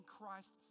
Christ